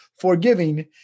forgiving